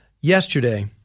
yesterday